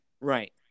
Right